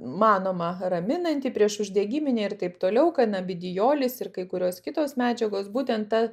manoma raminanti priešuždegiminė ir taip toliau kanabidiolis ir kai kurios kitos medžiagos būtent ta